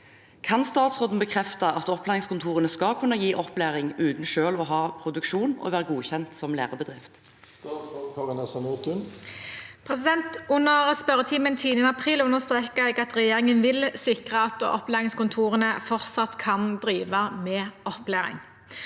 Kan statsråden bekrefte at opplæringskontorene skal kunne gi opplæring uten selv å ha produksjon og være godkjent som lærebedrift?» Statsråd Kari Nessa Nordtun I spørreti- men 10. april understreket jeg at regjeringen vil sikre at opplæringskontorene fortsatt kan drive med opplæring.